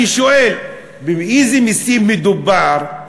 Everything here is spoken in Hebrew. אני שואל: באיזה מסים מדובר?